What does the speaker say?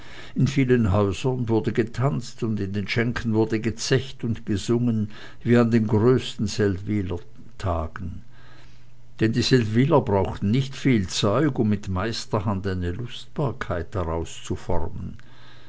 in vielen häusern wurde getanzt und in den schenken wurde gezecht und gesungen wie an den größten seldwylertagen denn die seldwyler brauchten nicht viel zeug um mit meisterhand eine lustbarkeit daraus zu formen